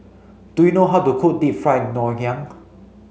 do you know how to cook Deep Fried Ngoh Hiang